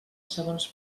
segons